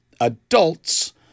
Adults